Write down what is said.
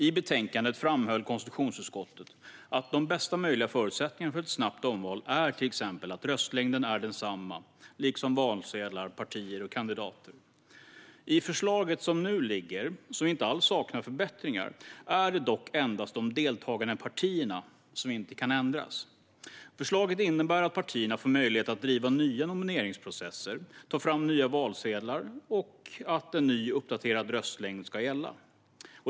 I betänkandet framhöll konstitutionsutskottet att de bästa möjliga förutsättningarna för ett snabbt omval till exempel är att röstlängden är densamma, och likadant gäller valsedlar, partier och kandidater. I förslaget som nu ligger, som inte alls saknar förbättringar, är det dock endast de deltagande partierna som inte kan ändras. Förslaget innebär att partierna får möjlighet att driva nya nomineringsprocesser, ta fram nya valsedlar och att en ny uppdaterad röstlängd ska gälla.